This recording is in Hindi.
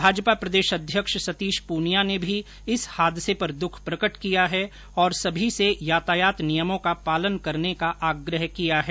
भाजपा प्रदेश अध्यक्ष सतीश प्रनिया ने भी इस हादसे पर दुख प्रकट किया है और सभी से यातायात नियमों का पालन करने का आग्रह किया है